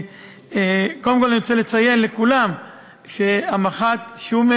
קודם כול אני רוצה לציין לכולם שהמח"ט שומר